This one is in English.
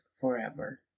forever